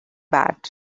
bad